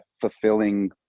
fulfilling